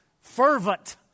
fervent